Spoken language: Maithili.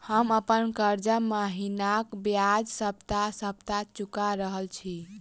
हम अप्पन कर्जा महिनाक बजाय सप्ताह सप्ताह चुका रहल छि